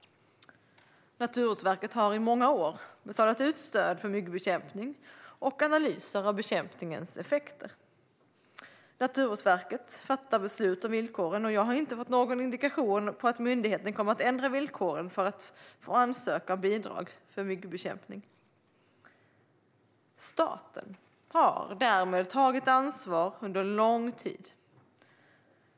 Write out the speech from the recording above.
Naturvårdsverket har i många år betalat ut stöd för myggbekämpning och analyser av bekämpningens effekter. Naturvårdsverket fattar beslut om villkoren, och jag har inte fått någon indikation på att myndigheten kommer att ändra villkoren för att ansöka om bidrag för myggbekämpning. Staten har därmed tagit ansvar under lång tid.